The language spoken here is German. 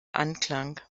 anklang